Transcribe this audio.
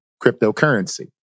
cryptocurrency